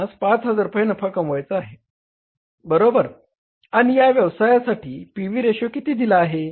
तर आपणास 5000 रुपये नफा कमवायचा आहे बरोबर आणि या व्यवसायासाठी पी व्ही रेशो किती दिला आहे